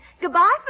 Goodbye